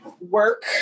work